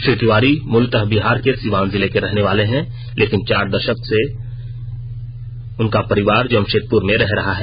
श्री तिवारी मूलत बिहार के सिवान जिले के रहने वाले हैं लेकिन चार दशक से भी ज्यादा वक्त से उनका परिवार जमशेदपुर्र में रह रहा है